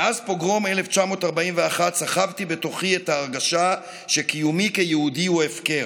מאז פוגרום 1941 סחבתי בתוכי את ההרגשה שקיומי כיהודי הוא הפקר.